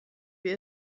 wir